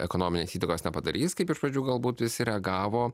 ekonominės įtakos nepadarys kaip iš pradžių galbūt visi reagavo